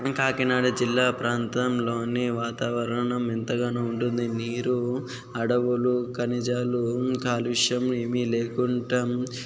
మన కాకినాడ జిల్లా ప్రాంతంలో వాతావరణం ఎంతగానో ఉంటుంది నీరు అడవులు ఖనిజాలు కాలుష్యం ఏమి లేకుండా